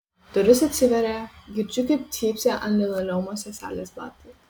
durys atsiveria girdžiu kaip cypsi ant linoleumo seselės batai